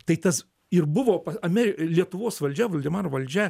tai tas ir buvo amer lietuvos valdžia voldemaro valdžia